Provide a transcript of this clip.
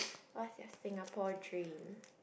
what's your Singapore dream